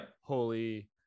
Holy